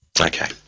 Okay